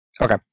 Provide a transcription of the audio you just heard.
Okay